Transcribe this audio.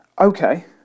okay